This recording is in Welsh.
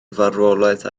farwolaeth